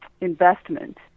investment